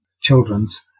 children's